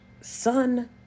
Son